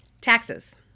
Taxes